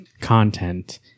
content